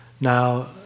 Now